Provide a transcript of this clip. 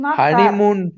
honeymoon